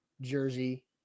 jersey